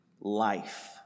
life